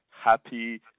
happy